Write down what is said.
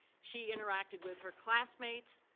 she interacted with her classmates,